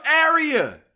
area